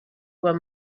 were